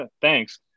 thanks